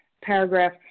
paragraph